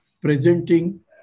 presenting